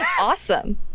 awesome